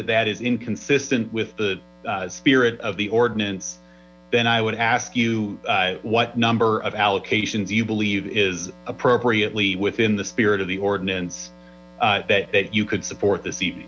that that is inconsistent with the spirit of the ordinance then i would ask you what number of allocations you believe is appropriately within the spirit of the ordinance that you could support this evening